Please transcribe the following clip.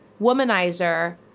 womanizer